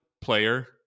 player